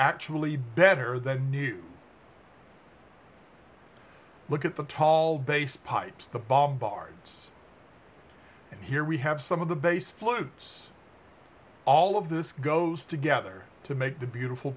actually better than new look at the tall base pipes the ball bards and here we have some of the base fluids all of this goes together to make the beautiful